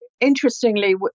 Interestingly